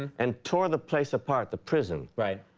and tore the place apart, the prison. right.